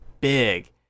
big